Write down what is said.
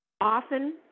Often